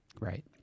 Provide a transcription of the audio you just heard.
Right